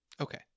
Okay